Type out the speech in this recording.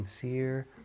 sincere